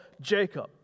Jacob